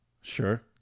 Sure